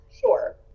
sure